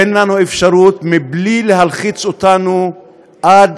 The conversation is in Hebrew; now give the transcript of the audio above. תן לנו אפשרות מבלי להלחיץ אותנו עד